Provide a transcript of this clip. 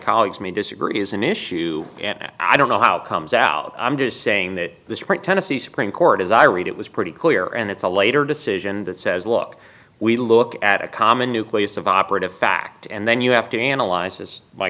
colleagues may disagree is an issue and i don't know how comes out i'm just saying that this isn't tennessee supreme court as i read it was pretty clear and it's a later decision that says look we look at a common nucleus of operative fact and then you have to analyze this my